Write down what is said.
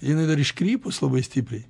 jinai dar iškrypus labai stipriai